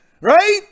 Right